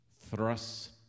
thrust